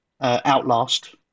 Outlast